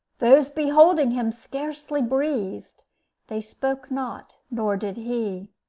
those beholding him scarcely breathed they spoke not, nor did he.